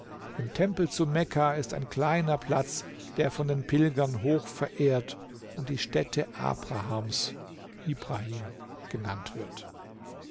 im tempel zu mekka ist ein kleiner platz der von den pilgern hoch verehrt und die stätte abrahams ibrahim genannt wird